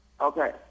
Okay